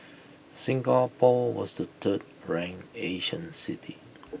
Singapore was the third ranked Asian city